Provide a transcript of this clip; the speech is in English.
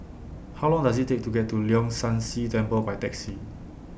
How Long Does IT Take to get to Leong San See Temple By Taxi